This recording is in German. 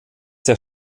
der